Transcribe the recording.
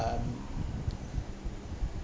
um